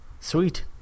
Sweet